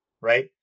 right